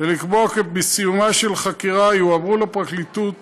ולקבוע כי בסיומה של חקירה יועברו לפרקליטות